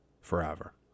forever